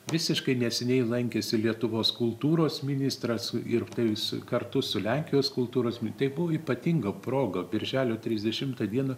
visiškai neseniai lankėsi lietuvos kultūros ministras ir jis kartu su lenkijos kultūros mini tai buvo ypatinga proga birželio trisdešimtą dieną